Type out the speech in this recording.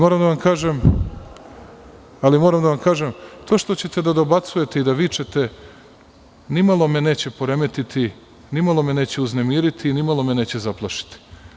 Moram da vam kažem, to što ćete da dobacujete i da vičete ni malo me neće poremetiti, ni malo me neće uznemiriti i ni malo me neće zaplašiti.